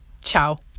ciao